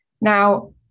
Now